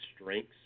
strengths